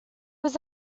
was